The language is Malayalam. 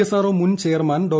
എസ് ആർ ഒ മുൻ ചെയർമാൻ ഡോ